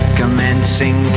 commencing